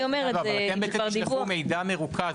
אתם כן תשלחו מידע מרוכז,